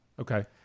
Okay